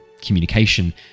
communication